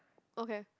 okay